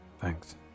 thanks